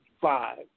five